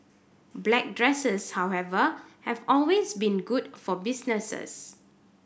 black dresses however have always been good for businesses